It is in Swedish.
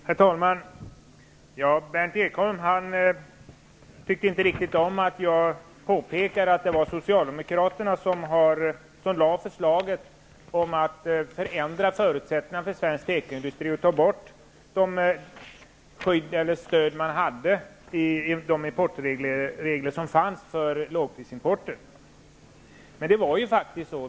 Herr talman! Berndt Ekholm tyckte inte riktigt om att jag påpekade att det var Socialdemokraterna som lade fram förslaget om att förändra förutsättningarna för svensk tekoindustri och ta bort det skydd som fanns i reglerna för lågprisimport. Det var faktiskt så.